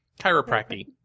chiropractic